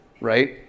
right